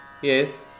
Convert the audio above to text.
yes